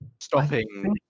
stopping